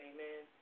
Amen